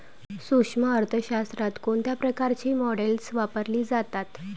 सूक्ष्म अर्थशास्त्रात कोणत्या प्रकारची मॉडेल्स वापरली जातात?